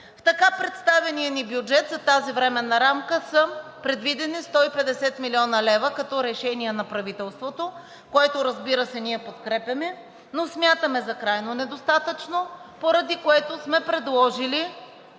В така представения ни бюджет за тази временна рамка са предвидени 150 млн. лв. като решение на правителството, което, разбира се, ние подкрепяме, но смятаме за крайно недостатъчно, поради което сме предложили